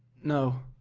no,